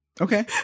okay